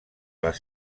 les